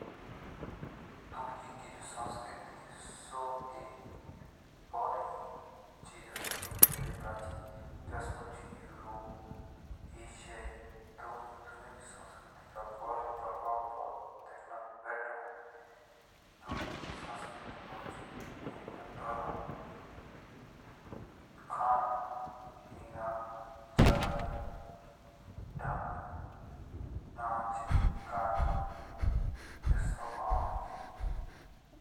टर्की की संस्कृति सो एक भारी चीजोँ से रैबाजी जुस मुझ यूरोप एशियायी दूओ की संस्कृति मुझ भारी प्रभाव देखनक बेतो टर्की की संस्कृति में तीन का धर्म खाना पीना चाय नाच गाना ये सब आओ।